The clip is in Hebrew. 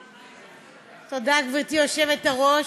תודה, גברתי היושבת-ראש.